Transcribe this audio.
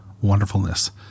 wonderfulness